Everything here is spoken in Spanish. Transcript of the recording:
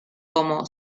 como